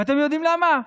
ואתם יודעים למה?